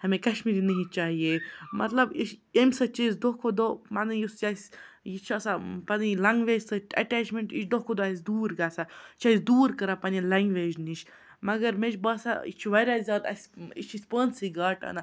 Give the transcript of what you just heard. ہمیں کشمیری نہیں چاہیے مطلب یہِ چھِ اَمہِ سۭتۍ چھِ أسۍ دۄہ کھۄ دۄہ پَنٕنۍ یُس یہِ اَسہِ یہِ چھِ آسان پَنٕنۍ لنٛگویج سۭتۍ اٮ۪ٹیچمٮ۪نٛٹ یہِ چھِ دۄہ کھۄ دۄہ اَسہِ دوٗر گَژھان یہِ چھِ اَسہِ دوٗر کَران پَنٛنہِ لَنٛگویج نِش مگر مےٚ چھِ باسان یہِ چھُ واریاہ زیادٕ اَسہِ یہِ چھِ اَسہِ پانٛسٕے گاٹہٕ اَنان